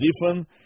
different